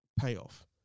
payoff